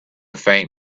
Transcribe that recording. faint